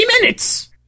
minutes